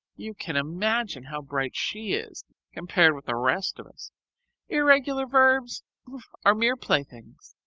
you can imagine how bright she is compared with the rest of us irregular verbs are mere playthings.